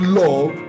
love